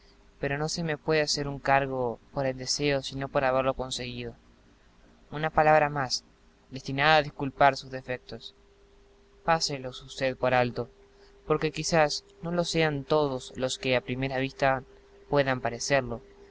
pero no se me puede hacer un cargo por el deseo sino por no haberlo conseguido una palabra más destinada a disculpar sus defectos páselos ud por alto porque quizá no lo sean todos los que a primera vista puedan parecerlo